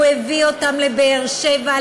הוא הביא אותם לבאר-שבע,